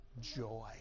Joy